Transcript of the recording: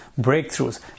breakthroughs